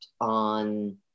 on